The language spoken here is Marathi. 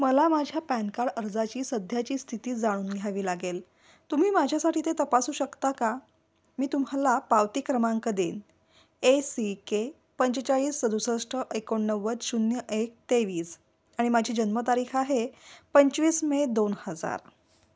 मला माझ्या पॅनका्ड अर्जाची सध्याची स्थिती जाणून घ्यावी लागेल तुम्ही माझ्यासाठी ते तपासू शकता का मी तुम्हाला पावती क्रमांक देईन ए सी के पंचेचाळीस सदुसष्ट एकोणनव्वद शून्य एक तेवीस आणि माझी जन्मतारीख आहे पंचवीस मे दोन हजार